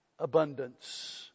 abundance